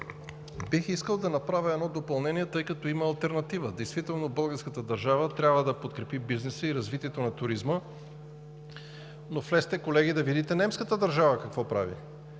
Бих искал да направя едно допълнение, тъй като има алтернатива. Действително българската държава трябва да подкрепи бизнеса и развитието на туризма, но влезте, колеги, да видите немската държава какво прави.